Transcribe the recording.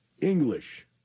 English